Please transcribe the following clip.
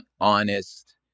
honest